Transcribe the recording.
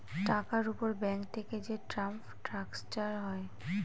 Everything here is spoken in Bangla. টাকার উপর ব্যাঙ্ক থেকে যে টার্ম স্ট্রাকচার হয়